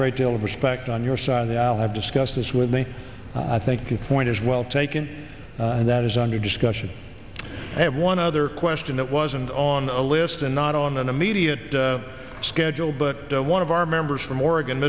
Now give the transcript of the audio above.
great deal of respect on your side that i have discussed this with me i think the point is well taken that is under discussion and one other question that wasn't on the list and not on an immediate schedule but one of our members from oregon